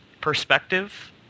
perspective